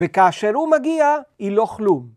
וכאשר הוא מגיע, היא לא כלום.